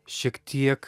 šiek tiek